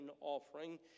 offering